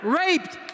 raped